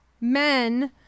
men